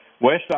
West